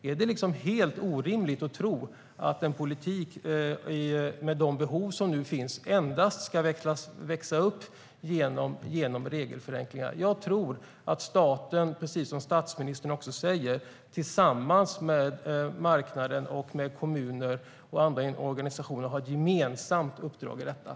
Är det helt orimligt att tro att en politik med de behov som nu finns endast ska handla om regelförenklingar? Jag tror att staten - precis som också statsministern säger - tillsammans med marknaden, kommuner och andra organisationer har ett gemensamt uppdrag här.